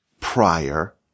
prior